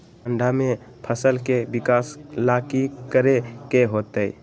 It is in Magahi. ठंडा में फसल के विकास ला की करे के होतै?